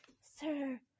Sir